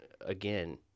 again